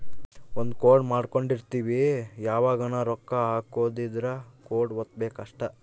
ಒಂದ ಕೋಡ್ ಮಾಡ್ಕೊಂಡಿರ್ತಿವಿ ಯಾವಗನ ರೊಕ್ಕ ಹಕೊದ್ ಇದ್ರ ಕೋಡ್ ವತ್ತಬೆಕ್ ಅಷ್ಟ